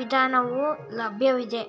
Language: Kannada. ವಿಧಾನವು ಲಭ್ಯವಿದೆ